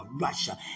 Russia